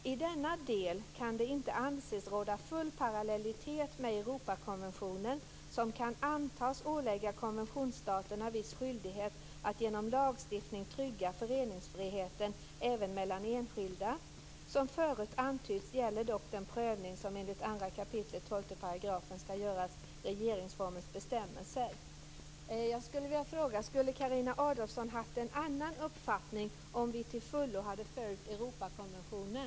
I denna del kan det inte anses råda full parallellitet med Europakonventionen, som kan antas ålägga konventionsstaterna viss skyldighet att genom lagstiftning trygga föreningsfriheten även mellan enskilda. Som förut antytts gäller dock den prövning som enligt 2 kap. 12 § skall göras regeringsformens bestämmelser." Jag skulle vilja fråga: Skulle Carina Adolfsson haft en annan uppfattning om vi till fullo hade följt Europakonventionen?